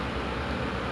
oh ah